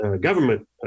government